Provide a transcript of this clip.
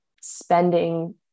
spending